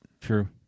True